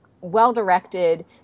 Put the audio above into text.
well-directed